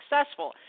successful